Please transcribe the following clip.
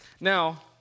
Now